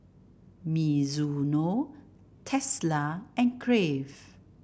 Mizuno Tesla and Crave